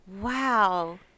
Wow